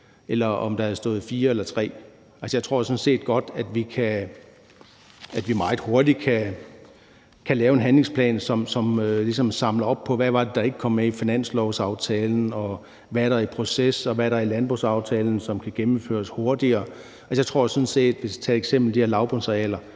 eller om der havde stået 4 eller 3. Jeg tror sådan set godt, at vi meget hurtigt kan lave en handlingsplan, som ligesom samler op på, hvad det var, der ikke kom med i finanslovsaftalen, og hvad der er i proces, og hvad der er i landbrugsaftalen, som kan gennemføres hurtigere. Jeg tror sådan set, hvis vi tager eksemplet med de har lavbundsarealer,